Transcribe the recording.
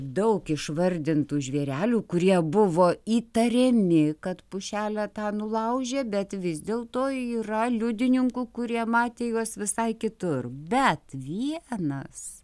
daug išvardintų žvėrelių kurie buvo įtariami kad pušelę tą nulaužė bet vis dėl to yra liudininkų kurie matė juos visai kitur bet vienas